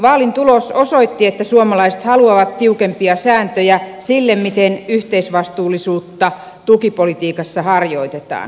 vaalin tulos osoitti että suomalaiset haluavat tiukempia sääntöjä sille miten yhteisvastuullisuutta tukipolitiikassa harjoitetaan